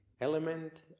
element